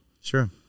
Sure